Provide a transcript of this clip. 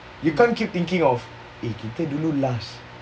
you can't keep thinking of eh kita dulu last